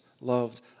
loved